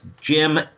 Jim